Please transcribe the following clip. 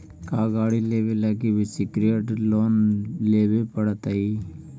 का गाड़ी लेबे लागी भी सेक्योर्ड लोन लेबे पड़तई?